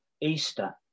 Easter